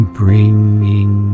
bringing